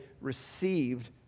received